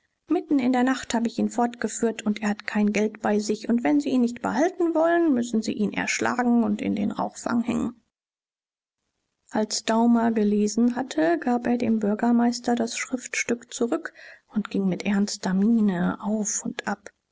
mitten in der nacht hab ich ihn fortgeführt und er hat kein geld bei sich und wenn sie ihn nicht behalten wollen müssen sie ihn erschlagen und in den rauchfang hängen als daumer gelesen hatte gab er dem bürgermeister das schriftstück zurück und ging mit ernster miene auf und ab